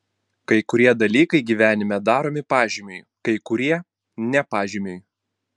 kai kurie dalykai gyvenime daromi pažymiui kai kurie ne pažymiui